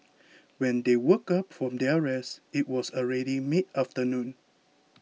when they woke up from their rest it was already mid afternoon